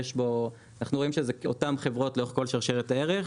אנחנו רואים שזה אותן חברות לאורך כל שרשרת הערך.